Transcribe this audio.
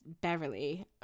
beverly